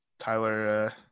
Tyler